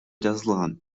жазылган